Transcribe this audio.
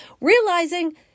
Realizing